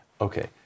Okay